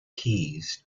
keys